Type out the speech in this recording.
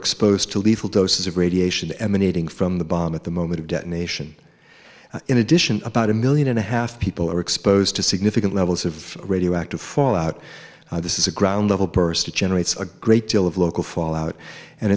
exposed to lethal doses of radiation emanating from the bomb at the moment of detonation in addition about a million and a half people are exposed to significant levels of radioactive fallout this is a ground level burst it generates a great deal of local fallout and